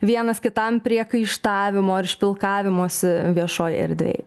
vienas kitam priekaištavimo ar špilkavimosi viešoj erdvėj